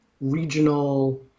regional